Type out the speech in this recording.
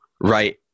right